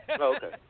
Okay